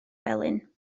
felyn